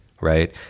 right